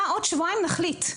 אה, עוד שבועיים נחליט.